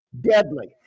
Deadly